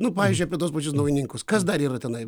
nu pavyzdžiui apie tuos pačius naujininkus kas dar yra tenai